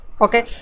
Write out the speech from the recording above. Okay